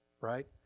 right